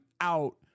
out